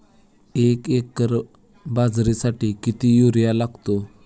एक एकर बाजरीसाठी किती युरिया लागतो?